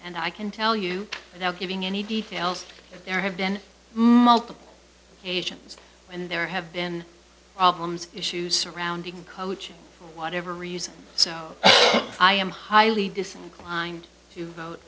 and i can tell you without giving any details there have been multiple occasions and there have been albums issues surrounding coaching for whatever reason so i am highly disinclined to vote